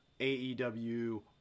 AEW